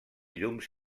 llums